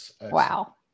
Wow